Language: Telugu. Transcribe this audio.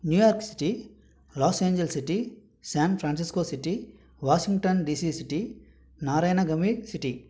new York city Los Angeles city San Francisco city Washington DC city Narayana గమీ సిటీ